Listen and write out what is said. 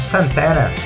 Santana